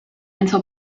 until